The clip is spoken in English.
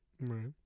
right